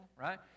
Right